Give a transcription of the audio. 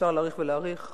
אפשר להאריך ולהאריך.